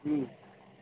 ହୁଁ